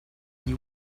gli